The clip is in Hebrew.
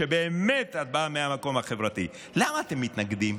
שבאמת את באה מהמקום החברתי: למה אתם מתנגדים?